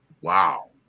wow